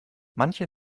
manche